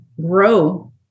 grow